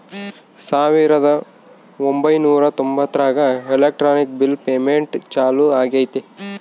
ಸಾವಿರದ ಒಂಬೈನೂರ ತೊಂಬತ್ತರಾಗ ಎಲೆಕ್ಟ್ರಾನಿಕ್ ಬಿಲ್ ಪೇಮೆಂಟ್ ಚಾಲೂ ಆಗೈತೆ